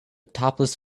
topless